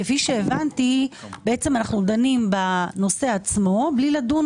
כפי שהבנתי אנחנו בעצם דנים בנושא עצמו בלי לדון